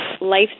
life